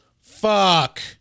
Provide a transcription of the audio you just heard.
Fuck